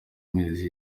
mezi